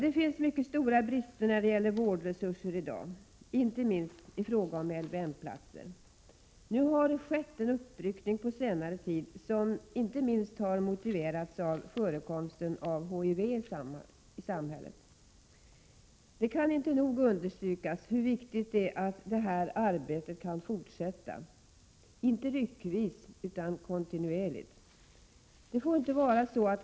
Det finns i dag mycket stora brister när det gäller vårdresurser, inte minst i fråga om LVM-platser. Nu har det på senare tid skett en uppryckning, som inte minst har motiverats av förekomsten av HIV i samhället. Det kan inte nog understrykas hur viktigt det är att detta arbete kan fortsätta — inte ryckvis, utan kontinuerligt.